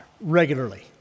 regularly